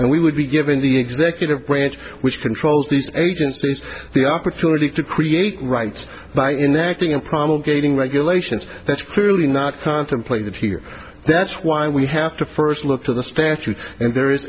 and we would be given the executive branch which controls these agencies the opportunity to create rights by enacting and promulgating regulations that's clearly not contemplated here that's why we have to first look to the statute and there is